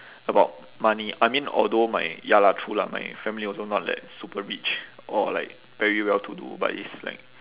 about money I mean although my ya lah true lah my family also not that super rich or like very well to do but it's like